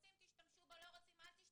רוצים תשתמשו לא רוצים אל תשתמשו.